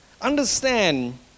understand